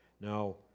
Now